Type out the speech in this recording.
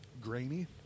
Grainy